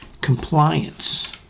compliance